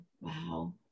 Wow